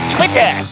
Twitter